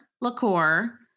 liqueur